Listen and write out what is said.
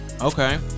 Okay